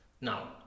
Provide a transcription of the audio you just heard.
Now